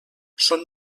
són